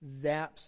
zaps